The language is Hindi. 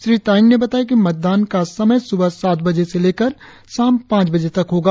श्री तायेंग ने बताया कि मतदान का समय सुबह सात बजे से लेकर शाम पांच बजे तक होगा